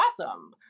awesome